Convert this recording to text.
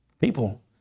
People